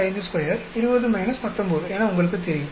925220 19 என உங்களுக்குத் தெரியும்